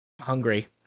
hungry